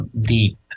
deep